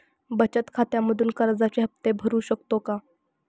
बचत खात्यामधून कर्जाचे हफ्ते भरू शकतो का?